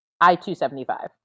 i-275